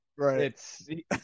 Right